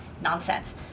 nonsense